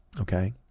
Okay